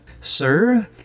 Sir